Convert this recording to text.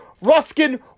Ruskin